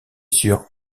sur